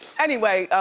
anyway,